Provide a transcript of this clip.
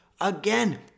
Again